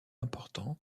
important